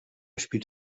spielt